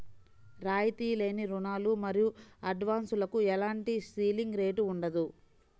రాయితీ లేని రుణాలు మరియు అడ్వాన్సులకు ఎలాంటి సీలింగ్ రేటు ఉండదు